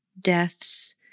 deaths